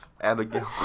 Abigail